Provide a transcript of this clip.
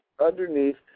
underneath